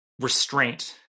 restraint